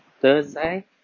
Thursday